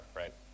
right